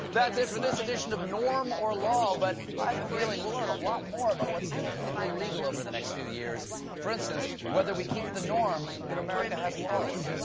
that's it for this edition of norm or law, but i have a feeling we'll learn a lot more about what's technically legal over the next few years for instance, whether we keep the norm that america has laws.